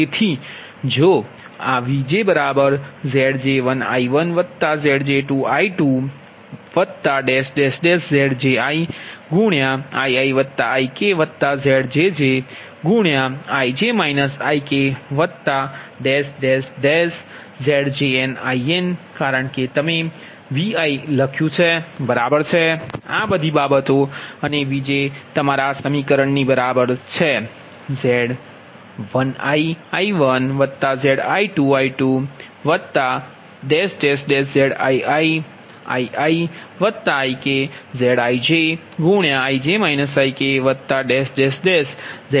તેથી જો આ VjZj1I1Zj2I2ZjiIiIkZjjIj IkZjnIn કારણ કે અમે Vi લખ્યું છે બરાબર છે આ બધી બાબતો અને Vj તમારા આ સમીકરણ ની બરાબર છે